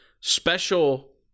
special